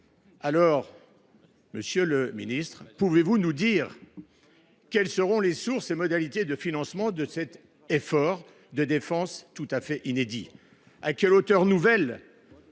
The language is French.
augmenter notre dette. Pouvez vous nous dire quelles seront les sources et les modalités de financement de cet effort de défense tout à fait inédit ? À quelle hauteur nouvelle